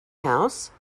house